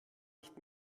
nicht